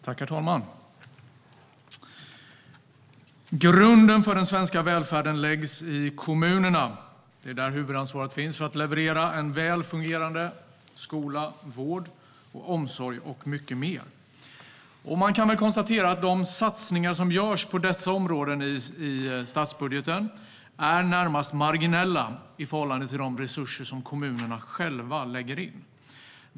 Herr talman! Grunden för den svenska välfärden läggs i kommunerna. Det är de som har huvudansvaret för att leverera en välfungerande skola, vård, omsorg och mycket mer. De satsningar som görs på dessa områden i statsbudgeten är närmast marginella i förhållande till de resurser som kommunerna själva lägger in.